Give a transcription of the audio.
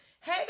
hey